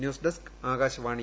news desk Akashvani